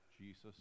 Jesus